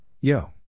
Yo